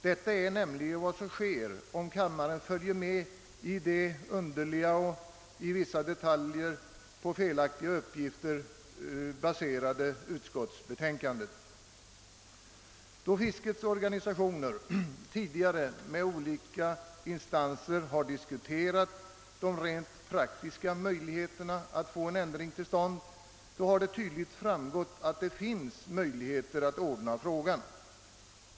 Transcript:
Detta är nämligen vad som sker, om kammaren följer det underliga och i Då fiskets organisationer tidigare med olika instanser har diskuterat de rent praktiska möjligheterna att få en ändring till stånd, har det tydligt framgått att det föreligger möjligheter att ordna frågan.